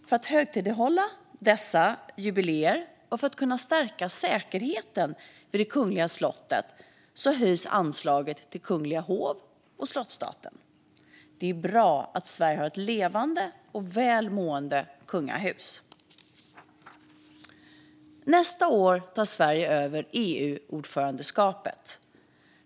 För att högtidlighålla dessa jubileer och för att kunna stärka säkerheten vid det kungliga slottet höjs anslaget till Kungliga hov och slottsstaten. Det är bra att Sverige har ett levande och välmående kungahus. Nästa år tar Sverige över EU-ordförandeskapet.